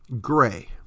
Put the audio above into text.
gray